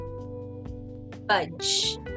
Budge